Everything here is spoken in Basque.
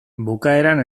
bukaeran